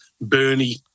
Bernie